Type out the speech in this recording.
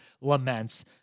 laments